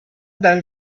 dal